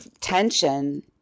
tension